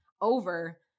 over